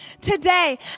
today